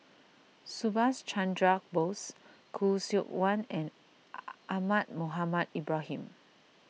Subhas Chandra Bose Khoo Seok Wan and Ahmad Mohamed Ibrahim